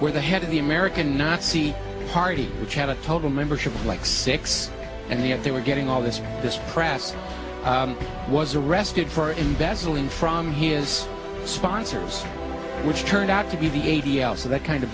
where the head of the american nazi party which had a total membership like six and the if they were getting all this this press was arrested for embezzling from his sponsors which turned out to be the a d l so that kind of